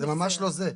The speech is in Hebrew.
זה ממש לא זה.